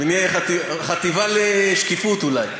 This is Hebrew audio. החטיבה לשקיפות אולי.